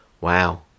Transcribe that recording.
Wow